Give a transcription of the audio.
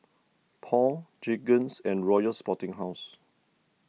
Paul Jergens and Royals Sporting House